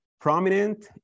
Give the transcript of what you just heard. prominent